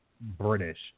British